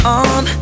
on